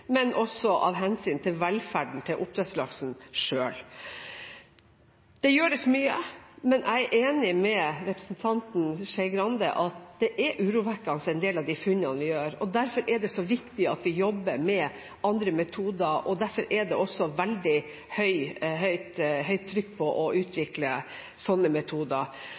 velferden til oppdrettslaksen selv. Det gjøres mye, men jeg er enig med representanten Skei Grande i at en del av funnene vi gjør, er urovekkende. Derfor er det så viktig at vi jobber med andre metoder, og derfor er det også veldig høyt trykk på å utvikle slike metoder.